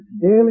daily